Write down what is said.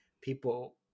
people